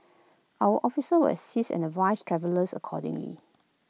our officer will assist and advise travellers accordingly